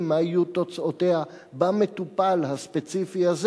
מה יהיו תוצאותיו במטופל הספציפי הזה,